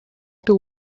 too